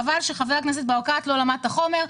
חבל שחבר הכנסת ברקת לא למד את החומר.